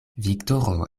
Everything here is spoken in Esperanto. viktoro